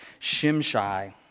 Shimshai